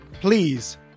Please